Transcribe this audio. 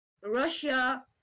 Russia